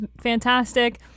fantastic